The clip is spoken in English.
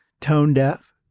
tone-deaf